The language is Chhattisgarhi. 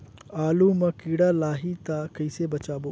आलू मां कीड़ा लाही ता कइसे बचाबो?